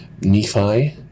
Nephi